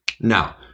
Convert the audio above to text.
Now